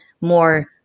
more